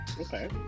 Okay